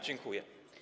Dziękuję.